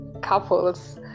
couples